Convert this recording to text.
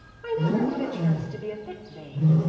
i never get a chance to be a bit vain.